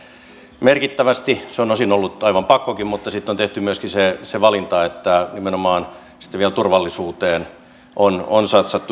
se on osin ollut aivan pakkokin mutta sitten on tehty myöskin se valinta että nimenomaan turvallisuuteen on satsattu erityisesti